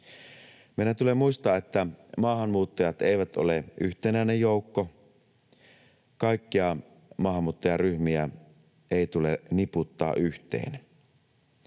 Meidän tulee muistaa, että maahanmuuttajat eivät ole yhtenäinen joukko. Kaikkia maahanmuuttajaryhmiä ei tule niputtaa yhteen.